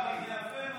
זה יפה,